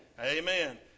Amen